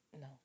No